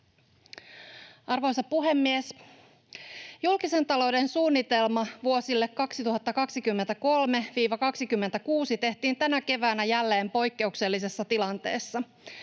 Arvoisa puhemies! Julkisen talouden suunnitelma vuosille 2023—26 tehtiin tänä keväänä jälleen poikkeuksellisessa tilanteessa.